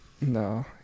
No